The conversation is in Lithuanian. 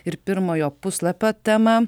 ir pirmojo puslapio tema